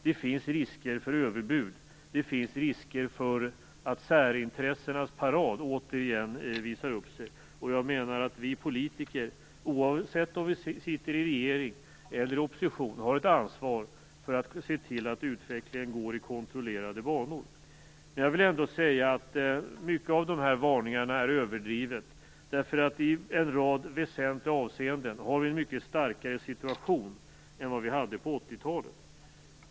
Det finns risk för överbud och risk för att särintressenas parad åter visar upp sig. Jag menar att vi politiker, oavsett om vi sitter i regering eller i opposition, har ett ansvar för att se till att utvecklingen går i kontrollerade banor. Många av dessa varningar är ändå överdrivna. I en rad väsentliga avseenden har vi nämligen en mycket starkare situation än vad vi hade på 80-talet.